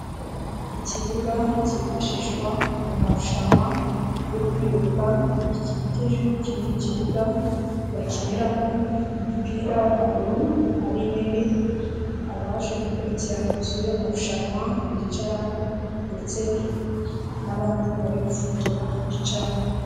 Ikibuga cyifashishwa mu marushanwa yo kwiruka, gikikije ikindi kibuga bakiniramo umupira w'amaguru, hari intebe abaje gukurikikira iby'amarushanwa bicaraho ndetse n'abandi bari gufotora bicaramo.